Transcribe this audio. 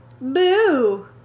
Boo